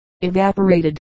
evaporated